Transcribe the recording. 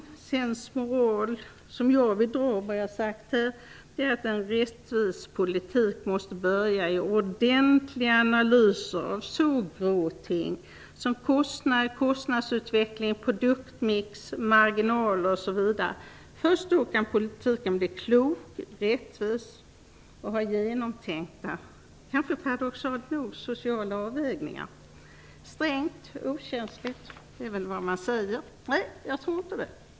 Den sens moral som jag vill dra av det jag har sagt här är att en rättvis politik måste börja i ordentliga analyser av så grå ting som kostnader, kostnadsutveckling, produktmix, marginaler, osv. Först då kan politiken bli klok, rättvis och paradoxalt nog ha genomtänkta sociala avvägningar. Strängt, okänsligt, det är väl vad man säger. Nej, jag tror inte det.